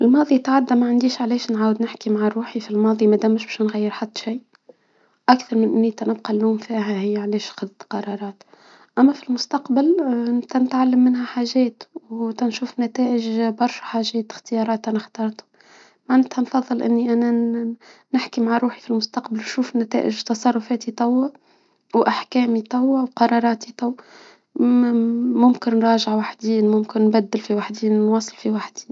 الماضي تعدى ما عنديش علاش نعاود نحكي مع روحي في الماضي مادامش باش نغير حتى شي. اكثر من اني كنتلقى نلوم فيها ها هي علاش قد قرارات. اما في المستقبل كنتعلم منها حاجات وتنشوف نتائج برشا حاجات اختيارات انا اخترتها نفضل اني نحكي مع روحي فالمستقبل شوف نتائج تصرفاتي توا واحكامي توا وقراراتي توا ممكن نراجع وحدي ممكن نبدل في وحدي ونواصل في وحدي